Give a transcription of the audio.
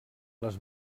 les